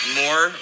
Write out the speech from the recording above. more